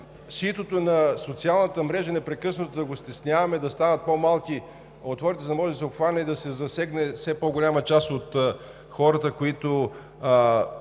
ситото на социалната мрежа непрекъснато да го стесняваме, за да станат по-малки отворите, да може да се обхване и да се засегне все по-голяма част от хората, които